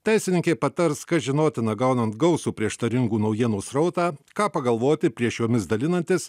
teisininkė patars kas žinotina gaunant gausų prieštaringų naujienų srautą ką pagalvoti prieš jomis dalinantis